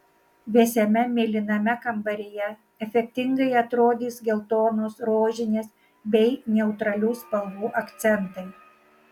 vėsiame mėlyname kambaryje efektingai atrodys geltonos rožinės bei neutralių spalvų akcentai